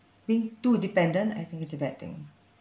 being too dependent I think is a bad thing